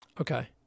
Okay